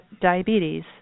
diabetes